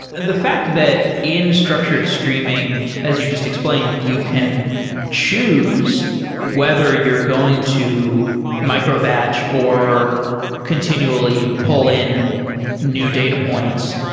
the fact that in structured streaming, as you just explained, you can choose whether you're going to micro-batch or continually pull in new data points.